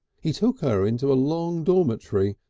he took her into a long dormitory,